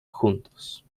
juntos